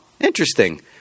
interesting